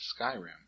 Skyrim